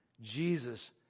Jesus